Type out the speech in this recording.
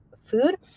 food